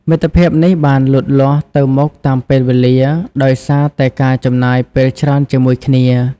មិត្តភាពនេះបានលូតលាស់ទៅមុខតាមពេលវេលា ដោយសារតែការចំណាយពេលច្រើនជាមួយគ្នា។